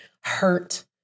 hurt